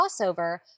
crossover